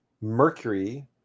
Mercury